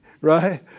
Right